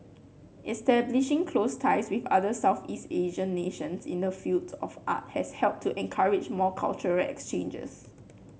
establishing close ties with other Southeast Asian nations in the field of art has helped to encourage more cultural exchanges